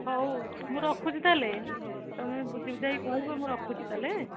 ହଉ ମୁଁ ରଖୁଛି ତାହେଲେ ତୁମେ ବୁଝିବୁଝାକି କହିବ ମୁଁ ରଖୁଛି ତାହେଲେ